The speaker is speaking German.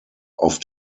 auf